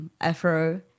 afro